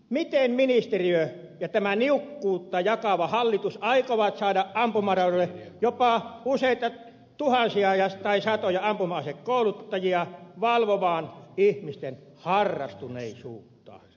miten ministeriö ja tämä niukkuutta jakava hallitus aikovat saada ampumaradoille jopa useita tuhansia tai satoja ampuma asekouluttajia valvomaan ihmisten harrastuneisuutta